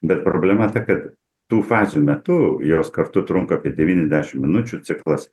bet problema ta kad tų fazių metu jos kartu trunka apie devyniasdešim minučių ciklas